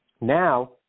Now